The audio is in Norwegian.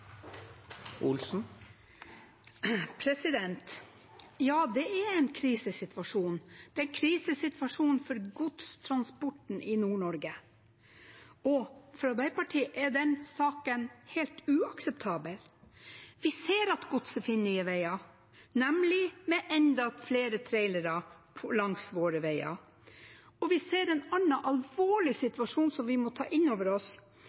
en krisesituasjon for godstransporten i Nord-Norge, og for Arbeiderpartiet er den saken helt uakseptabel. Vi ser at godset finner nye veier, nemlig med enda flere trailere langs våre veier. Og vi ser en annen alvorlig situasjon som vi må ta inn over oss,